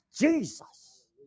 Jesus